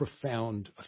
profound